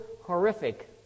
horrific